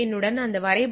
2 உடன் வந்து 128